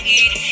eat